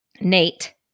Nate